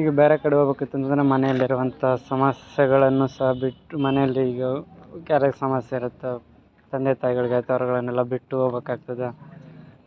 ಈಗ ಬ್ಯಾರೆ ಕಡೆ ಹೋಗ್ಬೇಕಿತಂದ್ರ ನಮ್ಮ ಮನೇಲಿ ಇರೋವಂಥ ಸಮಸ್ಯೆಗಳನ್ನು ಸಾ ಬಿಟ್ಟು ಮನೆಯಲ್ಲೀಗ ಕ್ಯಾರಿಗೆ ಸಮಸ್ಯೆ ಇರತ್ತೆ ತಂದೆ ತಾಯ್ಗಳ್ಗ ಕರುಗಳನೆಲ್ಲ ಬಿಟ್ಟು ಹೋಗ್ಬೇಕಾಗ್ತದೆ